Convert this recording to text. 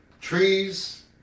Trees